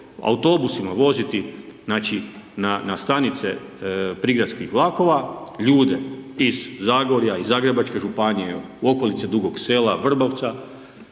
autobusima voziti, znači na stanice prigradskih vlakova, ljude iz Zagorja, iz Zagrebačke županije, okolice Dugog Sela, Vrbovca